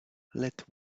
let